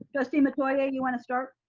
trustee metoyer, you wanna start?